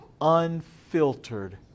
unfiltered